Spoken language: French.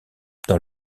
dans